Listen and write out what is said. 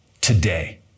today